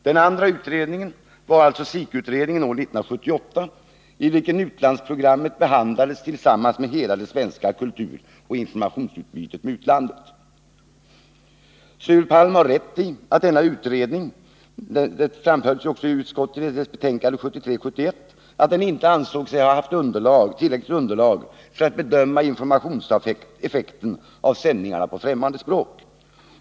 Den andra utredningen var SIK-utredningen år 1978, i vilken utlandsprogrammet behandlades tillsammans med hela det svenska kulturoch informationsutbytet med utlandet. Sture Palm har rätt i att denna utredning inte — det framhölls också av utskottet i dess betänkande 1978/79:31 — ansåg sig ha haft tillräckligt underlag för att bedöma informationseffekten av sändningarna på främmande språk.